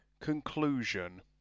Conclusion